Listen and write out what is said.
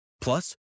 Plus